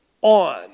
on